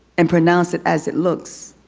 and pronounce it as it looks,